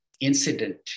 incident